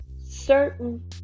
certain